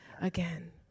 again